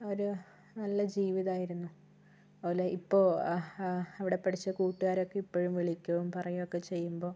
ഒരു നല്ല ജീവിതമായിരുന്നു അതുപോലെ ഇപ്പോൾ അവിടെ പഠിച്ച കൂട്ടുകാരൊക്കെ ഇപ്പോഴും വിളിക്കും പറയുകയൊക്കെ ചെയ്യുമ്പോൾ